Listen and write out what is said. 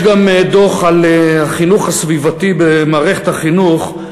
יש גם דוח על החינוך הסביבתי במערכת החינוך,